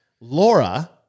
Laura